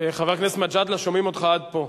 חבר הכנסת מג'אדלה, שומעים אותך עד פה,